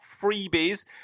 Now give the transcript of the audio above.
freebies